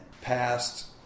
passed